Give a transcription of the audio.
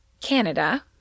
Canada